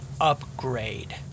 upgrade